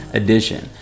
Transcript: edition